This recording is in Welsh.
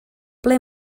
ble